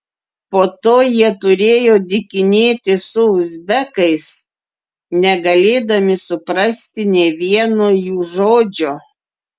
po to jie turėjo dykinėti su uzbekais negalėdami suprasti nė vieno jų žodžio